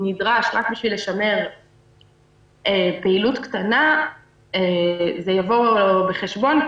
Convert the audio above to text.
שנדרש רק בשביל לשמר פעילות קטנה זה יבוא בחשבון.